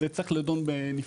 על זה צריך לדון בנפרד.